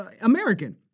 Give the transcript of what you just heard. American